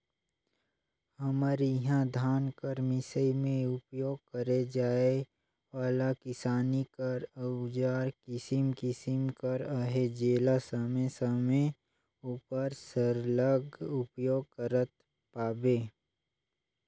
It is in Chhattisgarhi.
हमर इहा धान कर मिसई मे उपियोग करे जाए वाला किसानी कर अउजार किसिम किसिम कर अहे जेला समे समे उपर सरलग उपियोग करत पाबे